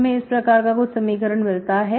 हमें इस प्रकार का कुछ समीकरण मिलता है